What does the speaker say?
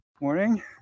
morning